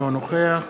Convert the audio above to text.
אינו נוכח